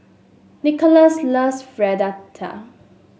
Nikolas loves Fritada